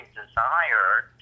desired